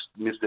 Mr